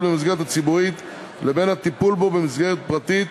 במסגרת הציבורית לבין הטיפול בו במסגרת פרטית.